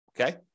Okay